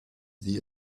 the